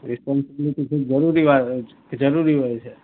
responsibility જરૂરી જરૂરી હોય છે